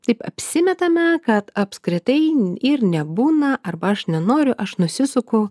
taip apsimetame kad apskritai ir nebūna arba aš nenoriu aš nusisuku